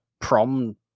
prom